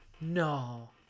no